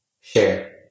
share